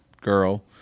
girl